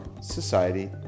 society